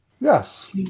Yes